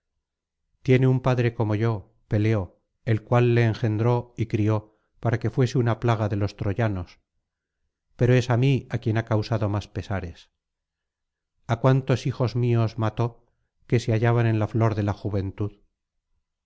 tiene un padre como yo peleo el cual le engendró y crió para que fuese una plaga de los troyanos pero es á mía quien ha causado más pesares a cuantos hijos míos mató que se hallaban en la flor de la juventud